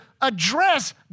address